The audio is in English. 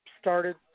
started